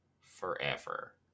forever